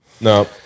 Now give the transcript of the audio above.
No